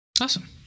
awesome